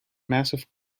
massive